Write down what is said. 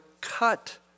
cut